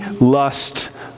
lust